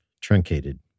Truncated